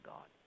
God